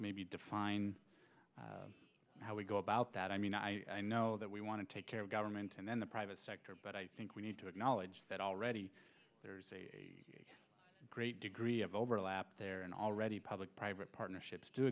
maybe define how we go about that i mean i know that we want to take care of government and the private sector but i think we need to acknowledge that already there is a great degree of overlap there and already public private partnerships do